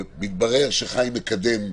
ומתברר שחיים מקדם רעיון,